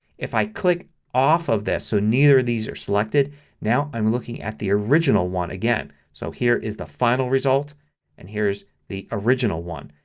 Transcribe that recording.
if i click off of this so neither of these are selected now i'm looking at the original one again. so here is the final result and here is the original one.